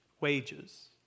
wages